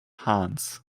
hands